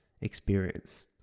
experience